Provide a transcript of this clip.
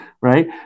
Right